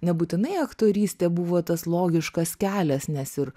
nebūtinai aktorystė buvo tas logiškas kelias nes ir